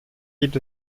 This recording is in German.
gibt